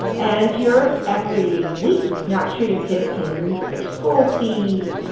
and you're, every week, not sure your kids can meet their school fees,